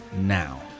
now